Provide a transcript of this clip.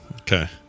Okay